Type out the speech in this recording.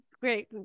Great